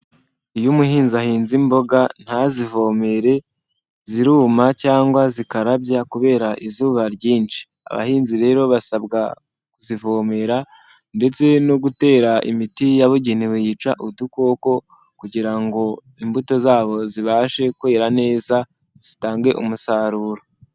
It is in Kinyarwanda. Iyo umuhinzi ahinze imboga ntazivomere ziruma cyangwa zikarabya kubera izuba ryinshi, abahinzi rero basabwa kuzivomera ndetse no gutera imiti yabugenewe yica udukoko kugira ngo imbuto zabo zibashe kwera neza zitange umusaruro.